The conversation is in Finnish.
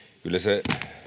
kyllä se